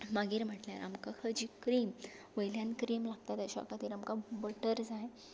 मागीर म्हटल्या आमकां खंयची क्रीम वयल्यान क्रीम लागता ताज्या खातीर आमकां बटर जाय